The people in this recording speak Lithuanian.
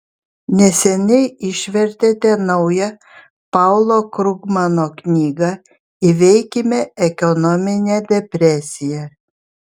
neseniai išvertėte naują paulo krugmano knygą įveikime ekonominę depresiją